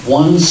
one